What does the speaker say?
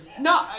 No